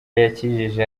yakijije